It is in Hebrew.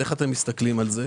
איך אתם מסתכלים על זה?